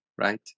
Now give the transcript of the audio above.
Right